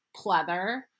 pleather